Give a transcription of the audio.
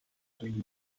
between